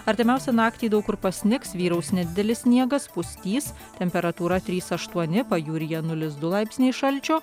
artimiausią naktį daug kur pasnigs vyraus nedidelis sniegas pustys temperatūra trys aštuoni pajūryje nulis du laipsniai šalčio